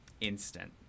instant